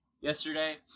yesterday